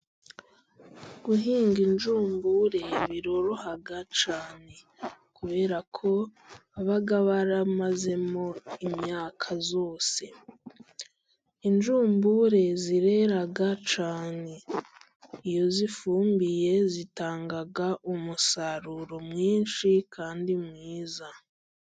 Guhinga injumbure biroroha cyane, kubera ko baba baramazemo imyaka yose, injumbure zirera cyane iyo zifumbiye zitanga umusaruro mwinshi kandi mwiza.